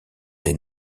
les